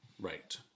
Right